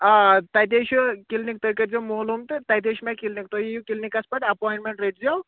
آ تَتے چھُ کِلنِک تُہۍ کٔرزیو معلوٗم تہٕ تَتے چھِ مےٚ کِلنِک تُہۍ یِیِو کِلنِکَس پٮ۪ٹھ اَپویِنٛٹمینٛٹ رٔٹۍ زیو